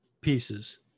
pieces